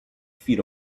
feet